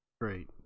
Great